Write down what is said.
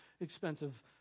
expensive